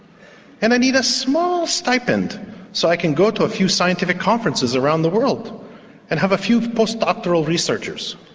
and i need a small stipend so i can go to a few scientific conferences around the world and have a few postdoctoral researchers.